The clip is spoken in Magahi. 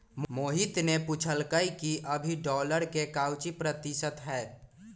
मोहित ने पूछल कई कि अभी डॉलर के काउची प्रतिशत है?